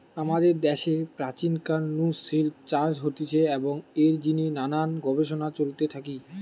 আমাদের দ্যাশে প্রাচীন কাল নু সিল্ক চাষ হতিছে এবং এর জিনে নানান গবেষণা চলতে থাকি